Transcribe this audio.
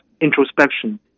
introspection